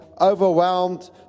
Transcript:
overwhelmed